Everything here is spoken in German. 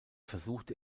versuchte